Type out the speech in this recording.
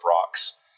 rocks